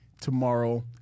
tomorrow